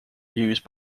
used